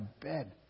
bed